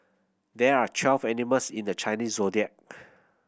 there are twelve animals in the Chinese Zodiac